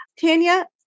Tanya